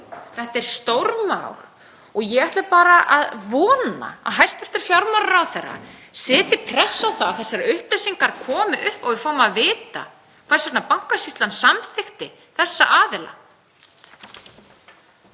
Þetta er stórmál. Ég ætla bara að vona að hæstv. fjármálaráðherra setji pressu á það að þessar upplýsingar komi fram og við fáum að vita hvers vegna Bankasýslan samþykkti þessa aðila.